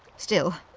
still,